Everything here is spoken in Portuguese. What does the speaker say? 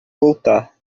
voltar